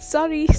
Sorry